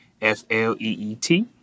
F-L-E-E-T